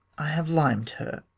i have lim'd her